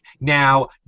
now